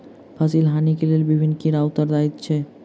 फसिल हानि के लेल विभिन्न कीड़ा उत्तरदायी छल